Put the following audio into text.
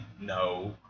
No